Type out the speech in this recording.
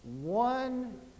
One